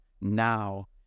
now